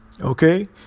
Okay